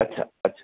अच्छा अच्छा